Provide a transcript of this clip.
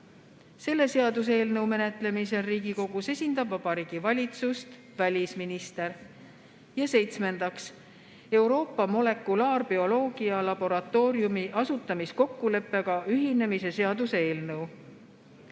Selle seaduseelnõu menetlemisel Riigikogus esindab Vabariigi Valitsust välisminister. Ja seitsmendaks, Euroopa Molekulaarbioloogia Laboratooriumi asutamiskokkuleppega ühinemise seaduse eelnõu.